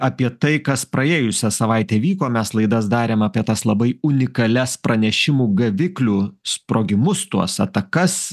apie tai kas praėjusią savaitę įvyko mes laidas darėm apie tas labai unikalias pranešimų gaviklių sprogimus tuos atakas